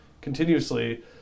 continuously